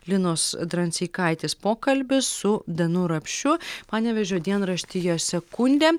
linos dranseikaitės pokalbis su danu rapšiu panevėžio dienraštyje sekundė